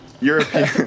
European